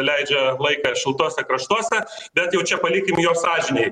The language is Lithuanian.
leidžia laiką šiltuose kraštuose bet jau čia palikim jo sąžinei